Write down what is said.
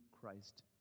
Christ